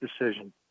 decision